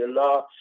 Allah